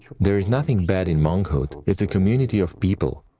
there is nothing bad in monkhood, it's a community of people,